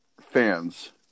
fans